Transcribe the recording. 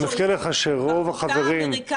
אני מזכיר לך שרוב החברים --- החוקה האמריקנית,